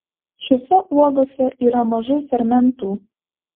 šiose uogose yra mažai fermentų